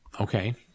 Okay